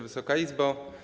Wysoka Izbo!